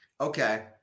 Okay